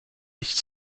nicht